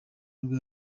nibwo